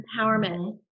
empowerment